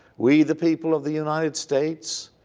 we the people of the united states,